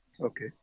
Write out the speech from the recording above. Okay